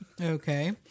Okay